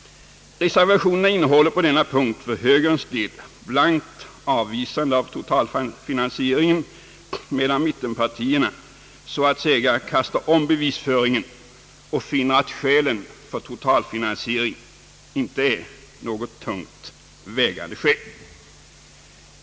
Reservationerna innehåller på denna punkt för högerns del blankt avvisande av totalfinansieringen, medan mittenpartierna så att säga kastar om bevisföringen och finner att skälen för totalfinansieringen inte är nog tungt vägande.